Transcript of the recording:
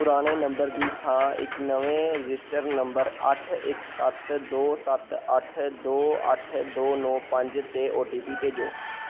ਪੁਰਾਣੇ ਨੰਬਰ ਦੀ ਥਾਂ ਇੱਕ ਨਵੇਂ ਰਜਿਸਟਰਡ ਨੰਬਰ ਅੱਠ ਇੱਕ ਸੱਤ ਦੋ ਸੱਤ ਅੱਠ ਦੋ ਅੱਠ ਦੋ ਨੌਂ ਪੰਜ 'ਤੇ ਓ ਟੀ ਪੀ ਭੇਜੋ